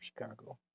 Chicago